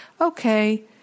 okay